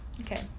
Okay